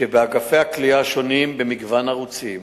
שבאגפי הכליאה השונים במגוון ערוצים: